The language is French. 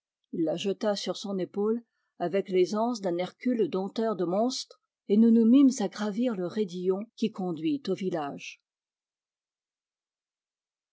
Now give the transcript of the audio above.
il la jeta sur son épaule avec l'aisance d'un hercule dompteur de monstres et nous nous mîmes à gravir le raidillon qui conduit au village